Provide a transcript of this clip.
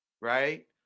right